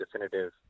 definitive